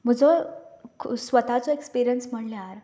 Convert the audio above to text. म्हजो स्वताचो एक्पिरेंस म्हणल्यार